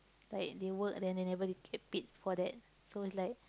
like they work then they never get paid for that so it's like